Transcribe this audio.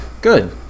Good